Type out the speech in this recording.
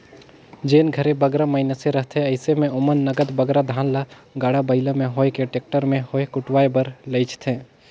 जेन घरे बगरा मइनसे रहथें अइसे में ओमन नगद बगरा धान ल गाड़ा बइला में होए कि टेक्टर में होए कुटवाए बर लेइजथें